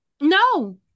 no